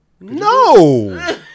No